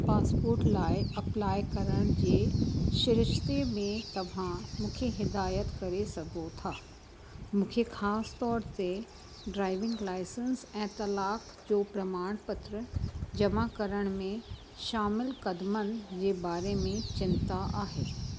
passport लाइ apply करण जे सिरिश्ते में तव्हां मूंखे हिदायत करे सघो था मूंखे ख़ासि तौर ते ड्राइविंग लाइसंस ऐं तलाक जो प्रमाण पत्र जमा करण में शामिल कदमनि जे बारे में चिंता आहे